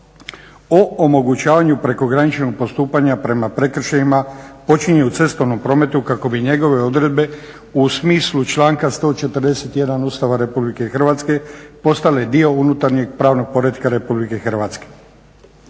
o omogućavanju prekograničnog postupanja prema prekršajima počinjenih u cestovnom prometu kako bi njegove odredbe u smislu članka 141. Ustava RH postale dio unutarnjeg pravnog poretka RH.